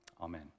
amen